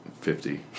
fifty